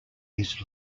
east